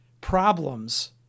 problems